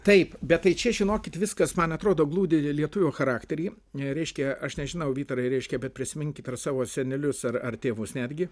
taip bet tai čia žinokit viskas man atrodo glūdi lietuvio charaktery ne reiškia aš nežinau vytarai reiškia bet prisiminkit ar savo senelius ar ar tėvus netgi